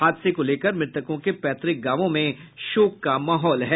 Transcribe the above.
हादसे को लेकर मृतकों के पैतृक गांवों में शोक का माहौल है